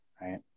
Right